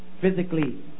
Physically